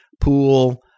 Pool